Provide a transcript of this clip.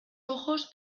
ojos